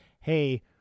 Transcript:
hey